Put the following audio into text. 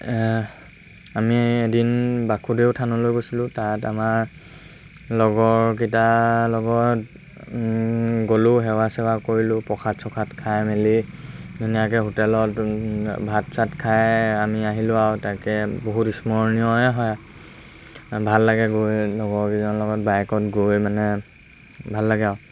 আমি এদিন বাসুদেউ থানলৈ গৈছিলোঁ তাত আমাৰ লগৰকেইটাৰ লগত গ'লোঁ সেৱা চেৱা কৰিলোঁ প্ৰসাদ চ্ৰসাদ খাই মেলি ধুনীয়াকৈ হোটেলত ভাত চাত খাই আমি আহিলোঁ আৰু তাকে বহুত স্মৰণীয় হয় ভাল লাগে গৈ লগৰকেইজনৰ লগত বাইকত গৈ মানে ভাল লাগে আৰু